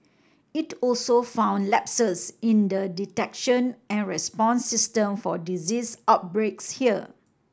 it also found lapses in the detection and response system for disease outbreaks here